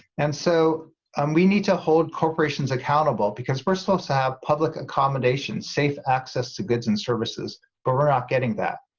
and so um we need to hold corporations accountable because we're supposed to have public accommodation, safe access to goods and services but we're not getting that.